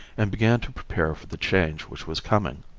and began to prepare for the change which was coming.